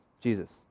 Jesus